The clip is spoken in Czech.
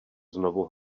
znovu